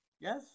yes